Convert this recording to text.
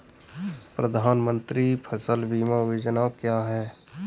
प्रधानमंत्री फसल बीमा योजना क्या है?